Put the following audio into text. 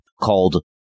called